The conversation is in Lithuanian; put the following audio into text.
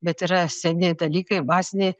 bet yra seni dalykai baziniai